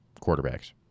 quarterbacks